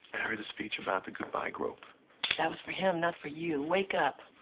heard the speech about the goodbye. group, but that was for him, not for you wake up.